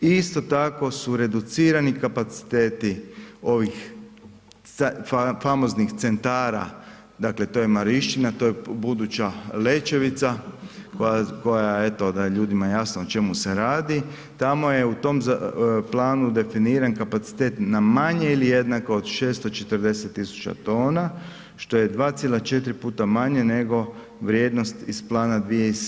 Isto tako su reducirani kapaciteti ovih famoznih centara, dakle to je Marinščina, to je buduća Lečevica koja eto da je ljudima jasno o čemu se radi, tamo je u tom planu definiran kapacitet na manje ili jednako od 640 000 tona što je 2,4 puta manje nego vrijednost iz plana 2007.